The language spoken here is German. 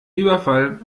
überfall